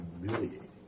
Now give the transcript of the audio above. humiliating